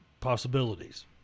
possibilities